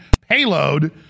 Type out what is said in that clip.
payload